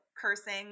cursing